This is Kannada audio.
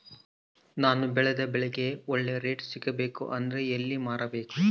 ನಾನು ಬೆಳೆದ ಬೆಳೆಗೆ ಒಳ್ಳೆ ರೇಟ್ ಸಿಗಬೇಕು ಅಂದ್ರೆ ಎಲ್ಲಿ ಮಾರಬೇಕು?